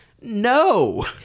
No